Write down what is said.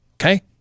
Okay